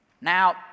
Now